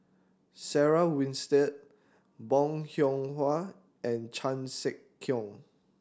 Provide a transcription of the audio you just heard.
Sarah Winstedt Bong Hiong Hwa and Chan Sek Keong